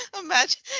Imagine